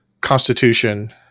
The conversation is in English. constitution